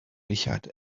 richard